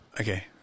Okay